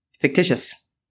fictitious